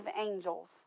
angels